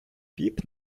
піп